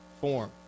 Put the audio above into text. form